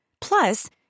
Plus